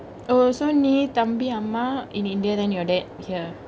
oh so நீ தம்பி அம்மா:nee thambi amma in india then your dad here